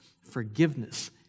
forgiveness